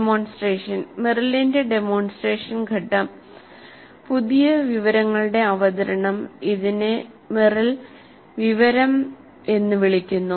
demonstration മെറിലിന്റെ demonstration ഘട്ടം പുതിയ വിവരങ്ങളുടെ അവതരണം ഇതിനെ മെറിൽ വിവരം എന്ന് വിളിക്കുന്നു